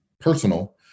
personal